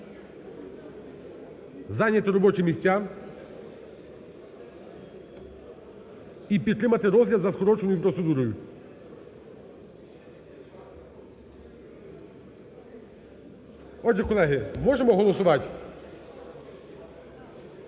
зайняти робочі місця і підтримати розгляд за скороченою процедурою. Отже, колеги, можемо голосувати?